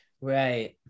Right